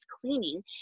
cleaning